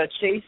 Chase